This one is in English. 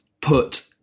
put